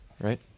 right